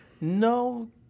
No